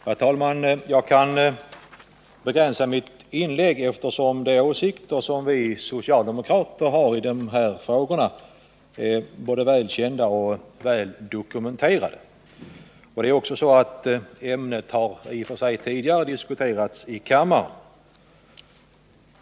Herr talman! Jag kan begränsa mitt inlägg, eftersom de åsikter som vi socialdemokrater har i dessa frågor är både väl kända och dokumenterade. Ämnet har tidigare i dag diskuterats i kammaren.